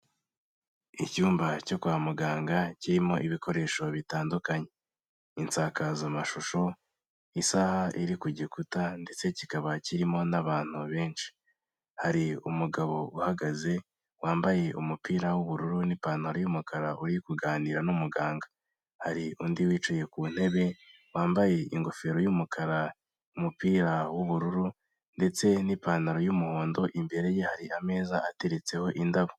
Icyumba cyo kwa muganga kirimo ibikoresho bitandukanye, insakazamashusho, isaha iri ku gikuta ndetse kikaba kirimo n'abantu benshi, hari umugabo uhagaze wambaye umupira w'ubururu n'ipantaro y'umukara uri kuganira n'umuganga hari undi wicaye ku ntebe wambaye ingofero y'umukara umupira w'ubururu ndetse n'ipantaro y'umuhondo imbere ye hari ameza ateretseho indabo.